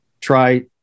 try